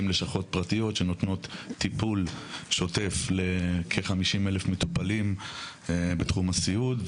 עמותות פרטיות שנותנות טיפול שוטף לכ-50,000 מטופלים בתחום הסיעוד,